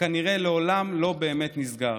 שכנראה לעולם לא באמת נסגר.